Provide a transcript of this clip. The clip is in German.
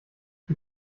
die